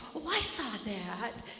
oh, i saw that.